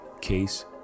Case